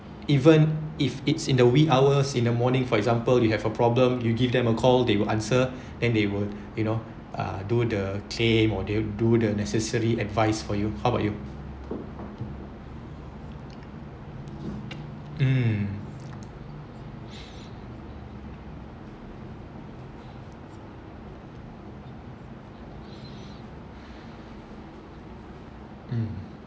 even if it's in the wee hours in the morning for example you have a problem you give them a call they will answer and they will you know uh do the claim do the necessary advice for you how about you